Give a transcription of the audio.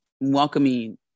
welcoming